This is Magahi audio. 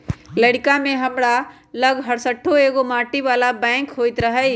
लइरका में हमरा लग हरशठ्ठो एगो माटी बला बैंक होइत रहइ